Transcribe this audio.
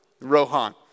Rohan